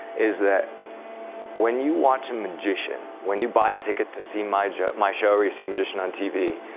is that when you watch a magician, when you buy a ticket to see my show my show or you see a magician on tv,